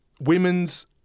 women's